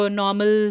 normal